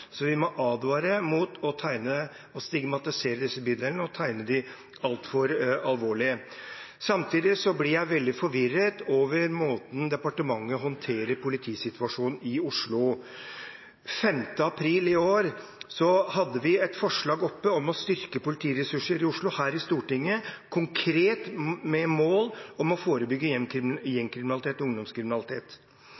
Så vi må advare mot å stigmatisere disse bydelene og tegne dem altfor alvorlig. Samtidig blir jeg veldig forvirret over måten departementet håndterer politisituasjonen i Oslo på. Den 5. april i år hadde vi et forslag oppe her i Stortinget om å styrke politiressursene i Oslo, konkret med mål om å forebygge